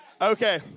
Okay